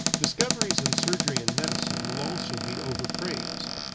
discoveries in surgery and medicine will also be over-praised.